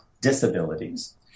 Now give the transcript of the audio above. disabilities